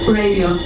radio